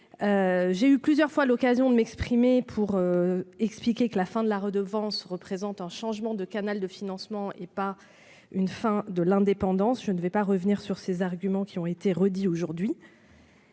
J'ai eu plusieurs fois l'occasion de m'exprimer pour expliquer que la fin de la redevance représentait un changement de canal de financement, et non une fin de l'indépendance. Je ne reviendrais donc pas sur ces arguments, qui ont été rappelés aujourd'hui.